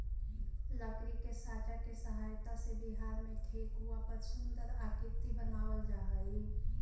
लकड़ी के साँचा के सहायता से बिहार में ठेकुआ पर सुन्दर आकृति बनावल जा हइ